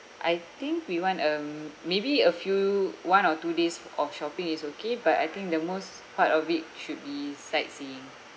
I think we want um maybe a few one or two days of shopping is okay but I think the most part of it should be sightseeing